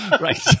right